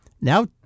now